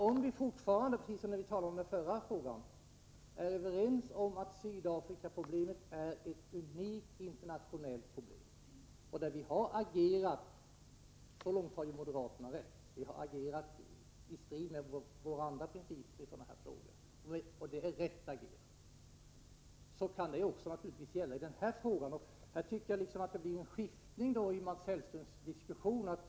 Om vi fortfarande, precis som när vi talade om den förra frågan, är överens om att Sydafrikaproblemet är ett unikt internationellt problem där vi har agerat — så långt har moderaterna rätt — i strid med våra andra principer i sådana här frågor, och det är rätt agerat, kan det också gälla i den här frågan. Här tycker jag att det blir en skiftning i Mats Hellströms diskussion.